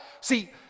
See